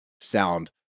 sound